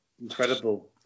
incredible